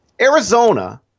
Arizona